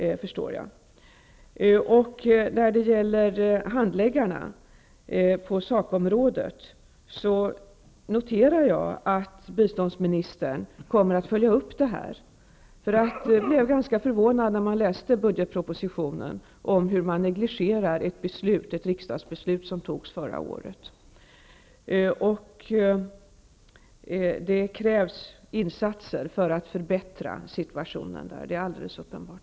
När det gäller handläggarna på sakområdet noterar jag att biståndsministern kommer att följa upp detta. Jag blev ganska förvånad när jag läste i budgetpropositionen om hur man negligerar ett riksdagsbeslut från förra året. Det krävs insatser för att förbättra situationen, det är alldeles uppenbart.